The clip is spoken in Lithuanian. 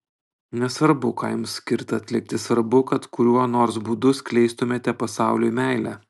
nesvarbu ką jums skirta atlikti svarbu kad kuriuo nors būdu skleistumėte pasauliui meilę